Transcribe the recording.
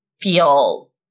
feel